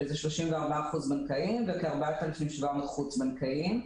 שזה 34%, בנקאיים, וכ-4,700 חוץ-בנקאיים.